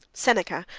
seneca,